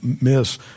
miss